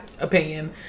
opinion